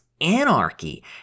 anarchy